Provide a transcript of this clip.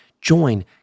join